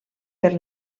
per